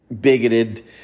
bigoted